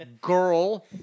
GIRL